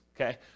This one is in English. Okay